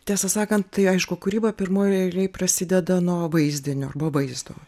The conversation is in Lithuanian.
tiesą sakant tai aišku kūryba pirmoj eilėj prasideda nuo vaizdinio arba vaizdo